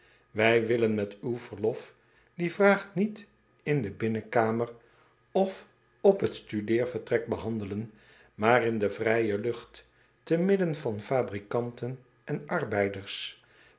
ij willen met uw verlof die vraag niet in de binnenkamer of op t studeervertrek behandelen maar in de vrije lucht te midden van fabrikanten en arbeiders